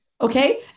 Okay